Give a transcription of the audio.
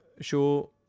show